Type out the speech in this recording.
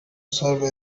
serve